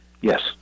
Yes